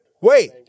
Wait